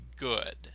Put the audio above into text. good